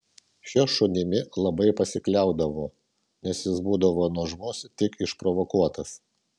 šiuo šunimi labai pasikliaudavo nes jis būdavo nuožmus tik išprovokuotas